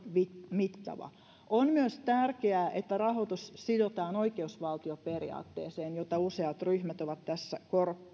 mittava on myös tärkeää että rahoitus sidotaan oikeusvaltioperiaatteeseen jota useat ryhmät ovat tässä